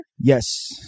Yes